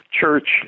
church